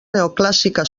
neoclàssica